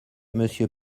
monsieur